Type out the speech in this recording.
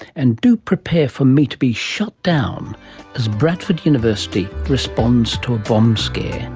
and do prepare for me to be shut down as bradford university responds to a bomb scare.